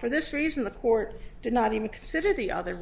for this reason the court did not even consider the other